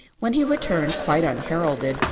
when he returned, quite unheralded,